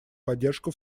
поддержку